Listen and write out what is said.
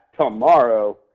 tomorrow